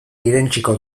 irentsiko